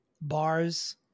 Bars